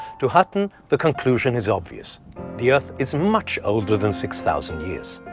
to hutton the conclusion is obvious the earth is much older than six thousand years.